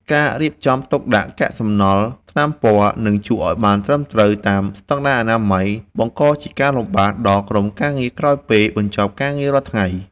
ការរៀបចំទុកដាក់កាកសំណល់ថ្នាំពណ៌ និងជក់ឱ្យបានត្រឹមត្រូវតាមស្ដង់ដារអនាម័យ បង្កជាការលំបាកដល់ក្រុមការងារក្រោយពេលបញ្ចប់ការងាររាល់ថ្ងៃ។